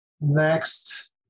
next